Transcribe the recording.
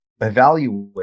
evaluate